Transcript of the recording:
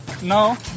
No